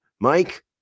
Mike